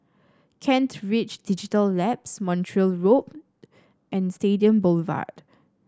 Kent Ridge Digital Labs Montreal Road and Stadium Boulevard